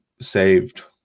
saved